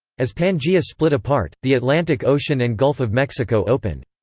as pangea split apart, the atlantic ocean and gulf of mexico opened.